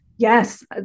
Yes